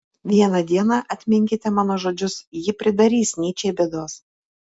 vieną dieną atminkite mano žodžius ji pridarys nyčei bėdos